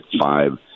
five